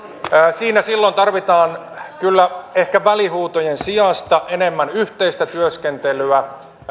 siinä silloin tarvitaan kyllä ehkä välihuutojen sijasta enemmän yhteistä työskentelyä